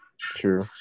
True